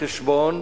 לקחת בחשבון